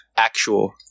Actual